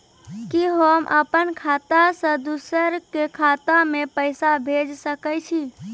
कि होम अपन खाता सं दूसर के खाता मे पैसा भेज सकै छी?